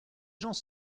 gens